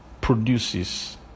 produces